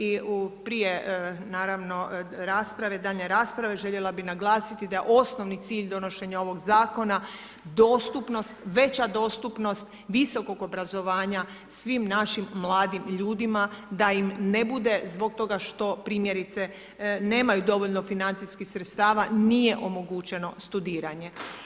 I prije naravno rasprave, daljnje rasprave, željela bih naglasiti da je osnovni cilj donošenja ovog zakona dostupnost, veća dostupnost visokog obrazovanja svim našim mladim ljudima da im ne bude zbog toga što primjerice nemaju dovoljno financijskih sredstava nije omogućeno studiranje.